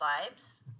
vibes